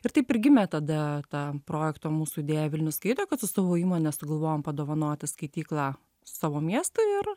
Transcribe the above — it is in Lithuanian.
ir taip gimė tada tam projekto mūsų idėja vilnius skaito kad su savo įmone sugalvojom padovanoti skaityklą savo miestui ir